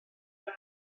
gau